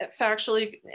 factually